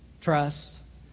trust